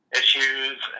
issues